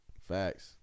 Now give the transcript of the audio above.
Facts